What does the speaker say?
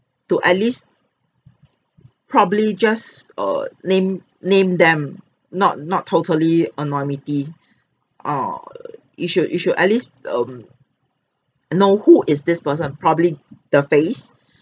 to at least probably just err name name them not not totally anonymity err you should you should at least um know who is this person probably the face